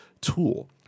tool